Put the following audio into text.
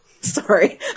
Sorry